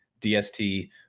DST